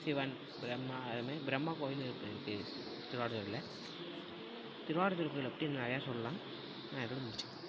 சிவன் பிரம்மா அது மாரி பிரம்மா கோயிலும் இருக்குது திருவாவடுதுறையில திருவாவடுதுறை கோயிலைப் பற்றி நிறையா சொல்லலாம் நான் இதோடு முடிச்சுக்கிறேன்